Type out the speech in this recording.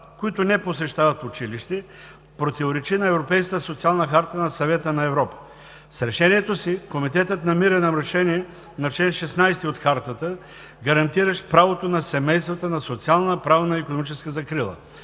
които не посещават училище, противоречи на Европейската социална харта на Съвета на Европа. С решението си Комитетът намира нарушение на чл. 16 от Хартата, гарантиращ правото на семействата на социална, правна и икономическа закрила.